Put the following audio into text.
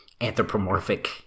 anthropomorphic